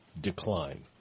decline